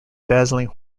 dazzling